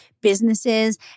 businesses